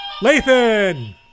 Lathan